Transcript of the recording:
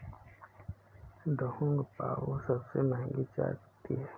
Da Hong पाओ सबसे महंगी चाय पत्ती है